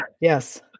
Yes